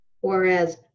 Whereas